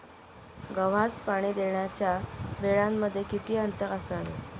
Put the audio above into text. गव्हास पाणी देण्याच्या वेळांमध्ये किती अंतर असावे?